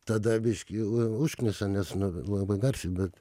tada išky u užknisa nes nu labai garsiai bet